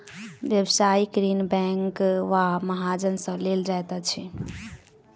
व्यवसायिक ऋण बैंक वा महाजन सॅ लेल जाइत अछि